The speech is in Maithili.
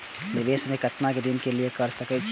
निवेश में केतना दिन के लिए कर सके छीय?